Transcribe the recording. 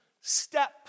step